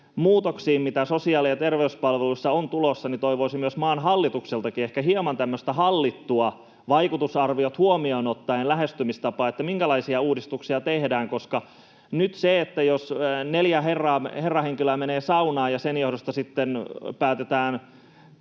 muutoksiin, mitä sosiaali- ja terveyspalveluihin on tulossa, toivoisin maan hallitukseltakin ehkä hieman tämmöistä hallittua, vaikutusarviot huomioon ottavaa lähestymistapaa, että minkälaisia uudistuksia tehdään. Jos neljä herrahenkilöä menee saunaan ja sen johdosta sitten päätetään